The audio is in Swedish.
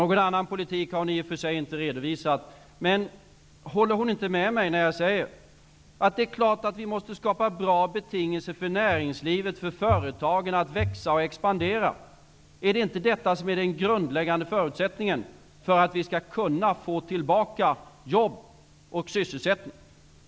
Någon annan politik har ni i och för sig inte redovisat, men håller inte Gudrun Schyman med mig när jag säger att det är klart att vi måste skapa bra betingelser för näringslivet, för företagen, att växa och expandera? Är det inte detta som är den grundläggande förutsättningen för att vi skall kunna få tillbaka jobb och sysselsättning?